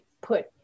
put